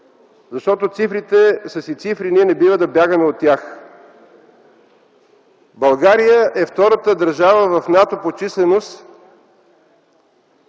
следното. Цифрите са си цифри, не бива да бягаме от тях. България е втората държава в НАТО по численост